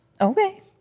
Okay